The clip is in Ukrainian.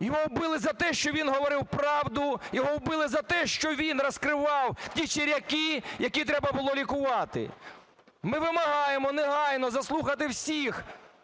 Його вбили за те, що він говорив правду, його вбили за те, що він розкривав ті чиряки, які треба було лікувати. Ми вимагаємо негайно заслухати всіх